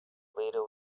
leader